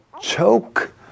choke